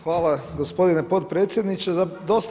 Hvala gospodine potpredsjedniče.